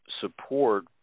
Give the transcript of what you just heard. support